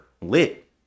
lit